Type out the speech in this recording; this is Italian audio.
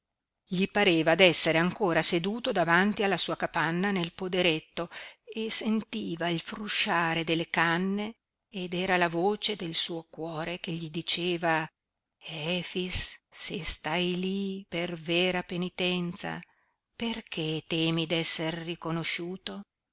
gli pareva d'essere ancora seduto davanti alla sua capanna nel poderetto e sentiva il frusciare delle canne ed era la voce del suo cuore che gli diceva efix se stai lí per vera penitenza perché temi d'esser riconosciuto